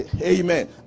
amen